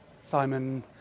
Simon